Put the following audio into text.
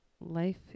Life